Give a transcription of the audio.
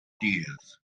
dydd